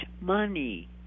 money